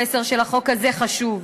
המסר של החוק הזה חשוב.